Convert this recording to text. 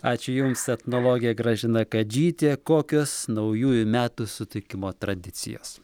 ačiū jums etnologė gražina kadžytė kokios naujųjų metų sutikimo tradicijos